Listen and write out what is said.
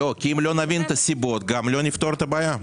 כי אם לא נבין את הסיבות, לא נפתור את הבעיה.